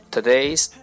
Today's